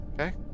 Okay